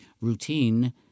routine